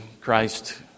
Christ